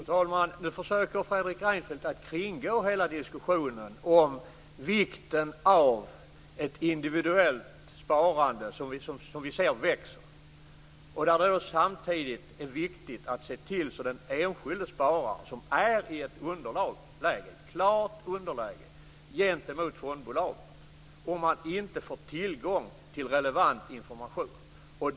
Fru talman! Nu försöker Fredrik Reinfeldt att kringgå hela diskussionen om vikten av ett individuellt sparande, som vi ser växer. De enskilda spararna är i ett klart underläge gentemot fondbolagen om de inte får tillgång till relevant information.